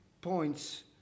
points